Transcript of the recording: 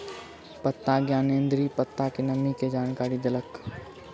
पत्ता ज्ञानेंद्री पत्ता में नमी के जानकारी देलक